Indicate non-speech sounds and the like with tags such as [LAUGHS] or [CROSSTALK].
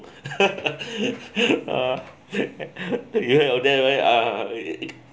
[LAUGHS] uh uh